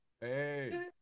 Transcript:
Hey